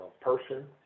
person